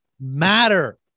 matter